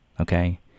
okay